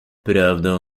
prawdą